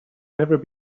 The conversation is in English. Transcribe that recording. never